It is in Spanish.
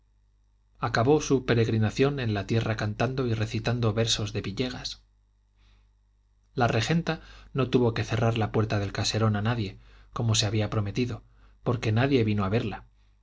acabó su peregrinación en la tierra cantando y recitando versos de villegas la regenta no tuvo que cerrar la puerta del caserón a nadie como se había prometido por que nadie vino a verla